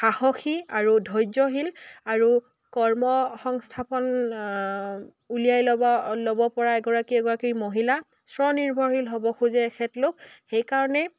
সাহসী আৰু ধৈৰ্যশীল আৰু কৰ্ম সংস্থাপন উলিয়াই ল'বা ল'ব পৰা এগৰাকী এগৰাকী মহিলা স্বনিৰ্ভৰশীল হ'ব খোজে তেখেতলোক সেইকাৰণে